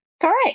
Correct